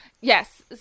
Yes